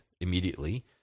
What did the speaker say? immediately